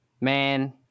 man